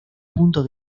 punto